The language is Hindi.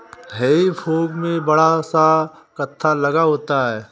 हेई फोक में बड़ा सा हत्था लगा होता है